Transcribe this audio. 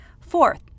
Fourth